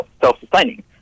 self-sustaining